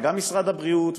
וגם משרד הבריאות,